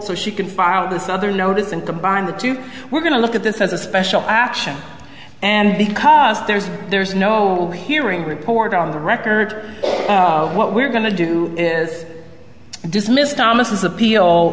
so she can file this other notice and combine the two we're going to look at this as a special action and because there's there's no will hearing report on the record what we're going to do is dismissed thomas appeal